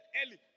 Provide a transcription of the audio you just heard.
early